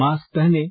mask पहनें